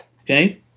Okay